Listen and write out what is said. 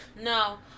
No